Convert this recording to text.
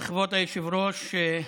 כבוד היושב-ראש,